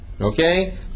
Okay